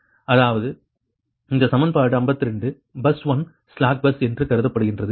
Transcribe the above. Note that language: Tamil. அதாவது இந்த சமன்பாடு 52 பஸ் 1 ஸ்லாக் பஸ் என்று கருதப்படுகிறது